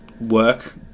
work